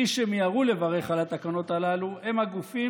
מי שמיהרו לברך על התקנות הללו הם הגופים